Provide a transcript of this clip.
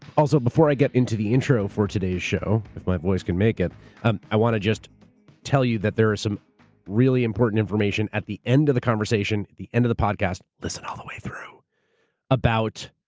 also, before i get into the intro for today's show if my voice can make it i want to just tell you that there are some really important information at the end of the conversation, the end of the podcast, listen all the way through about,